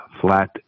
flat